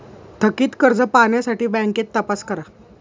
थकित कर्ज पाहण्यासाठी बँकेत तपास करा